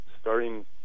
starting